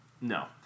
No